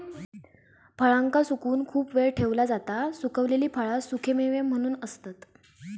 फळांका सुकवून खूप वेळ ठेवला जाता सुखवलेली फळा सुखेमेवे म्हणून असतत